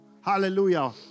Hallelujah